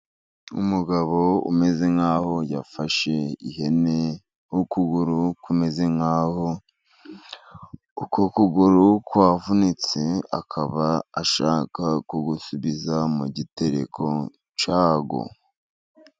Umugabo umeze nkaho yafashe ihene, ukuguru kumeze nkaho uko kuguru kwavunitse, akaba ashaka kugusubiza mu gitereko cyako.